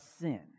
sin